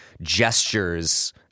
gestures –